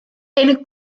ein